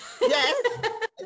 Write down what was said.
Yes